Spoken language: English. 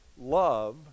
love